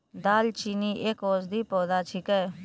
दालचीनी एक औषधीय पौधा छिकै